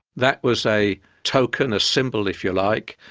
that was a token, a symbol if you like,